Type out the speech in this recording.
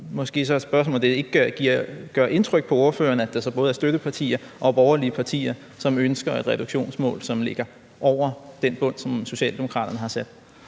er måske bare, om det ikke gør indtryk på ordføreren, at der så både er støttepartier og borgerlige partier, som ønsker et reduktionsmål, som ligger over den bund, som Socialdemokraterne har sat.